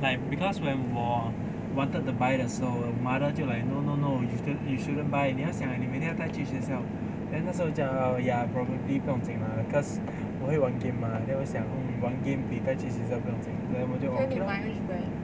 like because when 我 wanted to buy 的时候我的 mother 就 like no no no you shouldn't you shouldn't buy 你要想 eh 你每天要带去学校 then 那时候讲了 probably 不用紧 lah cause 我会玩 game mah then 我就想 mm 玩 game 带去学校不用紧 then 我们就玩 lor